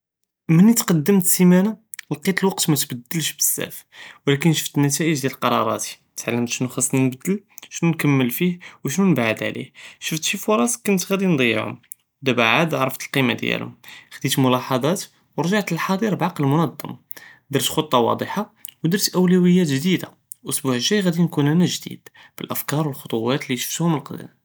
מלי תקדמ סמאנה לגית אלקות מידלש בזאף, ולקין תעלמת נתאיג'את דיאל קרארתי, תעלמת שנו חסני נבדל שנו נקמל פיה שנו נבעד עליו, שפת שי פראס קנת גאדי נדיעום, דבא עד ערפת אלקימה דיאלום, חדית מולהזאת ורג'עת ללח'אדר בעקל מונד'ם, דרת חכת וודחה ודרת אוולויאות ג'דידה, אלאסבוע אלגאי גאדי נكون אנא ג'דיד בלאפכאר ו אלח'טוות לי שפתום אנא קדם.